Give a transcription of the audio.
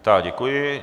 Tak děkuji.